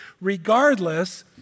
Regardless